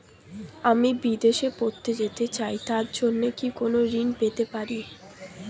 আমি বিদেশে পড়তে যেতে চাই তার জন্য কি কোন ঋণ পেতে পারি?